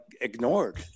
ignored